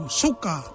suka